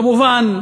כמובן,